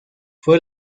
fue